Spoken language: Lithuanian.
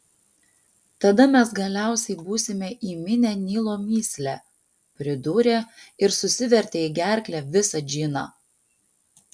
tada mes galiausiai būsime įminę nilo mįslę pridūrė ir susivertė į gerklę visą džiną